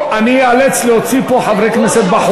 אני לא אתן פה איזה אפשרות שמישהו יעשה ברדק בכנסת.